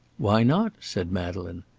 why not? said madeleine.